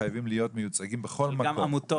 חייבים להיות מיוצגים בכל מקום.